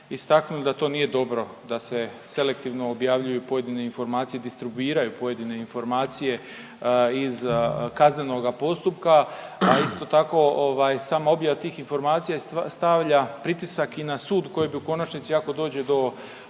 istaknuli da to nije dobro da se selektivno objavljuju pojedine informacije, distribuiraju pojedine informacije iz kaznenoga postupka, a isto tako ovaj sama objava tih informacija stavlja pritisak i na sud koji bi u konačnici ako dođe do